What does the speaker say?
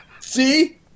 See